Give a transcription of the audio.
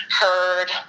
heard